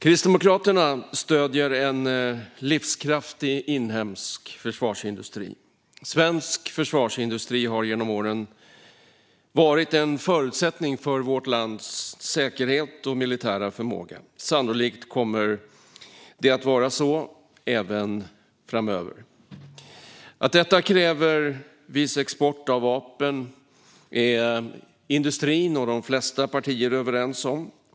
Kristdemokraterna stöder en livskraftig inhemsk försvarsindustri. Svensk försvarsindustri har genom åren varit en förutsättning för vårt lands säkerhet och militära förmåga. Sannolikt kommer det att vara så även framöver. Att detta kräver viss export av vapen är industrin och de flesta partier överens om.